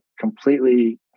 completely